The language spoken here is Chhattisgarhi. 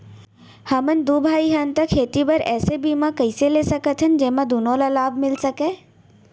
हमन दू भाई हन ता खेती बर ऐसे बीमा कइसे ले सकत हन जेमा दूनो ला लाभ मिलिस सकए?